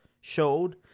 showed